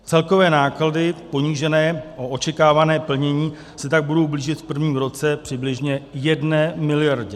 Celkové náklady ponížené o očekávané plnění se tak budou blížit v prvním roce přibližně jedné miliardě.